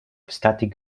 static